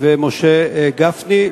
ומשה גפני,